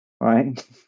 Right